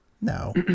No